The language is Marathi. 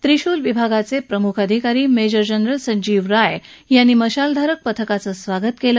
त्रिशूल विभागाचे प्रमुख अधिकारी मेजर जनरल संजीव राय यांनी मशालधारक पथकाचं स्वागत केलं